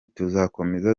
tuzakomeza